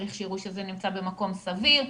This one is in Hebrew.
צריך שיראו שזה נמצא במקום סביר.